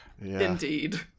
Indeed